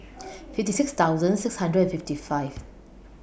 fifty six thousand six hundred and fifty five